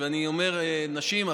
כשאני אומר נשים,